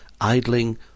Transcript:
Idling